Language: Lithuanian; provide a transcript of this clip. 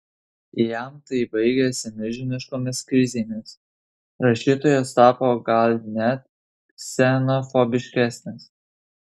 jam tai baigėsi milžiniškomis krizėmis rašytojas tapo gal net ksenofobiškesnis